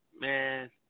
man